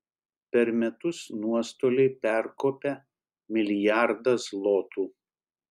per metus nuostoliai perkopia milijardą zlotų